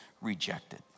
rejected